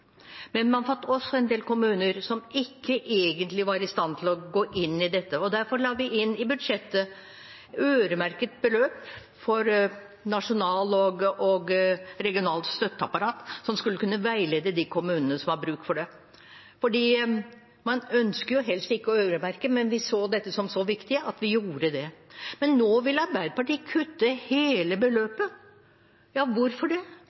Men man fant også en del kommuner som egentlig ikke var i stand til å gå inn i dette. Derfor la vi inn i budsjettet et beløp øremerket nasjonalt og regionalt støtteapparat, som skal kunne veilede de kommunene som har bruk for det. Man ønsker jo helst ikke å øremerke, men vi så dette som så viktig at vi gjorde det. Nå vil Arbeiderpartiet kutte hele beløpet – hvorfor? Tror de ikke lenger på verdien av fellesskapsløsninger? Hvor er deres tradisjonelle hjertesak? Det